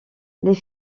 les